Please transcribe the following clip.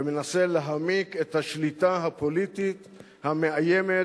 ומנסה להעמיק את השליטה הפוליטית המאיימת